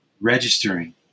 registering